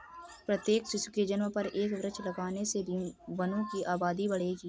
प्रत्येक शिशु के जन्म पर एक वृक्ष लगाने से भी वनों की आबादी बढ़ेगी